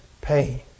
pain